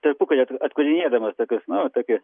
tarpukario atkūrinėdamas tokius na va tokį